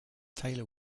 taylor